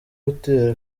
gutera